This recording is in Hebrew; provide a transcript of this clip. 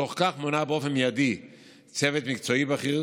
בתוך כך, מונה באופן מיידי צוות מקצועי בכיר